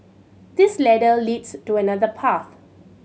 this ladder leads to another path